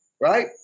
Right